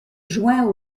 joint